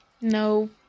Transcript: No